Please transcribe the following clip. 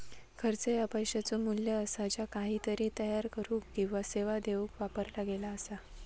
खर्च ह्या पैशाचो मू्ल्य असा ज्या काहीतरी तयार करुक किंवा सेवा देऊक वापरला गेला असा